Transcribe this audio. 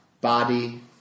body